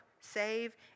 save